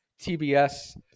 TBS